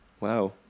Wow